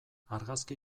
argazki